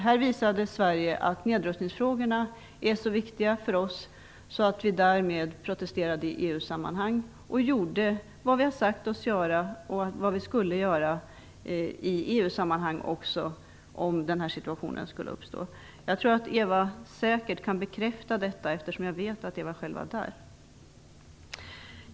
Här visade Sverige att nedrustningsfrågorna är så viktiga för oss att vi protesterade i EU-sammanhang och gjorde vad vi sagt att vi skulle göra i EU-sammanhang om den här situationen skulle uppstå. Jag tror att Eva Zetterberg kan bekräfta detta eftersom jag vet att hon var där.